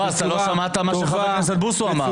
לא שמעת את מה שחבר הכנסת בוסו אמר,